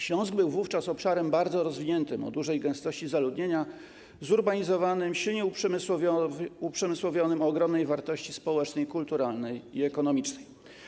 Śląsk był wówczas obszarem bardzo rozwiniętym o dużej gęstości zaludnienia, zurbanizowanym, silnie uprzemysłowionym, o ogromnej wartości społecznej, kulturalnej i ekonomicznej.